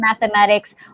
Mathematics